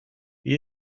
wie